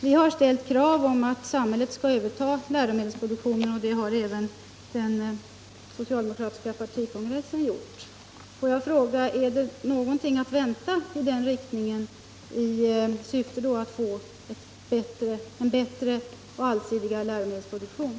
Vi har ställt krav på att samhället skall överta läromedelsproduktionen, och det har även den socialdemokratiska partikon gressen gjort. Får jag fråga: Är det någonting att vänta i den riktningen, i syfte att få en bättre och allsidigare läromedelsproduktion?